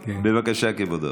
בבקשה, כבודו.